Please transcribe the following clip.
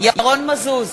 ירון מזוז,